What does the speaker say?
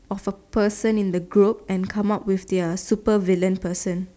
of a person in the group and come up with their supervillain persona